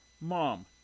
Mom